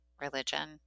religion